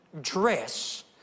dress